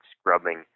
scrubbing